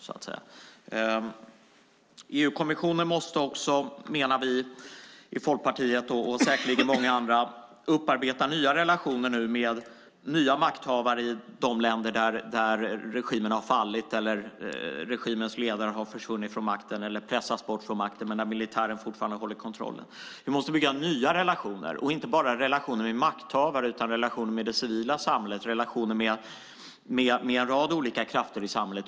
Vi i Folkpartiet, och säkerligen många andra, menar att EU-kommissionen måste upparbeta nya relationer med nya makthavare i de länder där regimen har fallit och där regimens ledare har försvunnit eller pressats bort från makten men där militären fortfarande håller kontrollen. Vi måste bygga nya relationer, och inte bara relationer med makthavare och regimer utan också relationer med det civila samhället och med en rad olika krafter i samhället.